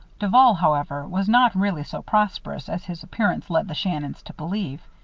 duval, however, was not really so prosperous as his appearance led the shannons to believe.